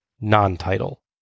non-title